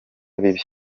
bibi